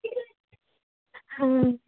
हां